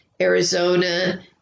Arizona